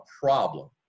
problem